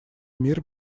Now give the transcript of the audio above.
мир